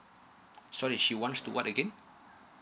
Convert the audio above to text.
sorry she wants to what again